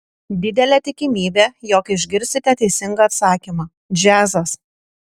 didelė tikimybė jog išgirsite teisingą atsakymą džiazas